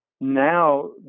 Now